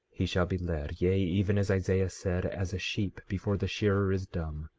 he shall be led, yea, even as isaiah said, as a sheep before the shearer is dumb,